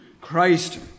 Christ